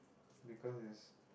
because it's